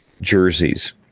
jerseys